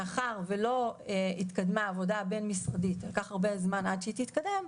מאחר ולא התקדמה העבודה הבין משרדית ולקח הרבה זמן עד שהיא תתקדם,